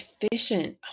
efficient